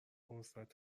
فرصت